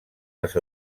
les